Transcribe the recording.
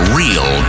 real